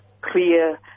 clear